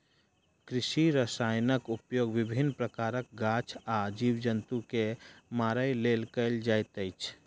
कृषि रसायनक उपयोग विभिन्न प्रकारक गाछ आ जीव जन्तु के मारय लेल कयल जाइत अछि